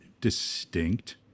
distinct